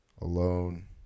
Alone